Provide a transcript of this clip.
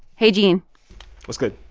hey, gene what's good?